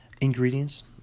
Ingredients